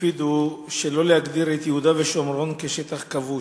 הקפידו שלא להגדיר את יהודה ושומרון כשטח "כבוש"